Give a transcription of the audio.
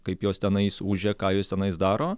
kaip jos tenais ūžia ką jos tenais daro